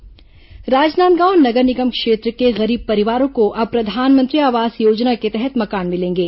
PM आवास योजना राजनांदगांव नगर निगम क्षेत्र के गरीब परिवारों को अब प्रधानमंत्री आवास योजना के तहत मकान मिलेंगे